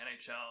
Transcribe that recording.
nhl